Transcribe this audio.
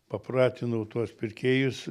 papratinau tuos pirkėjus